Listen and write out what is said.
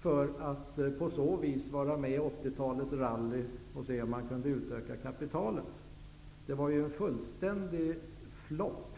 för att på så vis vara med i 80-talets rally och se om man kunde utöka kapitalet. Det var, lindrigt sagt, en fullständig flopp.